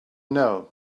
know